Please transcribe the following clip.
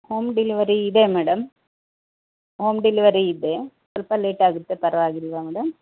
home delivery ಇದೆ madam home delivery ಇದೆ ಸ್ವಲ್ಪ ಲೇಟಾಗುತ್ತೆ ಪರವಾಗಿಲ್ವಾ ಮೇಡಮ್